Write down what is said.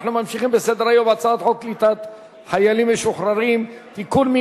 אנחנו ממשיכים בסדר-היום: הצעת חוק קליטת חיילים משוחררים (תיקון,